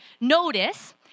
notice